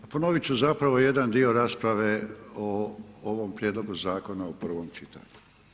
Ponovit ću zapravo jedan dio rasprave o ovom Prijedlogu zakona u prvom čitanju.